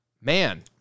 man